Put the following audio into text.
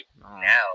now